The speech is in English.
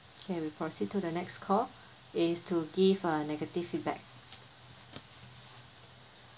okay we proceed to the next call is to give a negative feedback